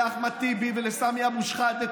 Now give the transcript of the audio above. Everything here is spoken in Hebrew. לאחמד טיבי ולסמי אבו שחאדה,